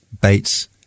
Bates